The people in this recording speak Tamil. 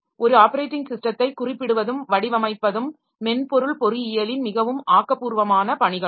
ஒரு ஆப்பரேட்டிங் ஸிஸ்டத்தை குறிப்பிடுவதும் வடிவமைப்பதும் மென்பொருள் பொறியியலின் மிகவும் ஆக்கபூர்வமான பணிகளாகும்